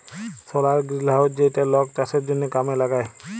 সলার greenhouse যেইটা লক চাষের জনহ কামে লাগায়